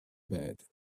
bed